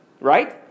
Right